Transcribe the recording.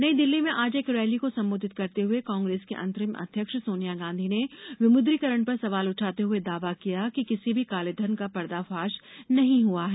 नई दिल्लीं में आज एक रैली को संबोधित करते हुए कांग्रेस की अंतरिम अध्यक्ष सोनिया गांधी ने विमुद्रीकरण पर सवाल उठाते हुए दावा किया कि किसी भी कालेधन का पर्दाफाश नहीं हुआ है